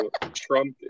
Trump